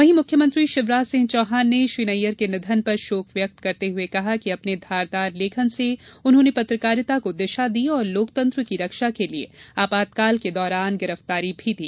वहीं मुख्यमंत्री शिवराज सिंह चौहान ने श्री नैय्यर के निधन पर शोक व्यक्त करते हुए कहा कि अपने धारदार लेखन से उन्होंने पत्रकारिता को दिशा दी और लोकतंत्र की रक्षा के लिए आपातकाल के दौरान गिरफ्तारी भी दी